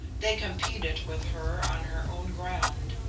they competed with her on her own ground,